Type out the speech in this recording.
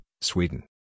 Sweden